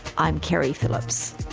i'm keri phillips